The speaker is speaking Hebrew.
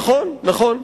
נכון, נכון.